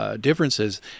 differences